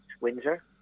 Windsor